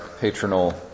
patronal